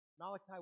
Malachi